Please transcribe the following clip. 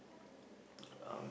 um